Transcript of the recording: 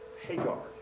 Hagar